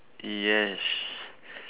yes